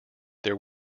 there